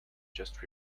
just